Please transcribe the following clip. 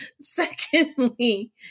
secondly